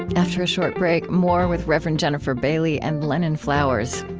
after a short break, more with rev. and jennifer bailey and lennon flowers.